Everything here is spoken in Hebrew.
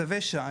תווי שי,